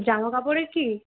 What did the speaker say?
জামা কাপড়ের কি